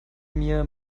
mir